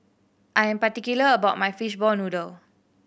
I am particular about my fishball noodle